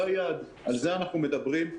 זה היעד, על זה אנחנו מדברים.